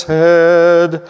head